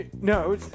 No